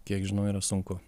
kiek žinau yra sunku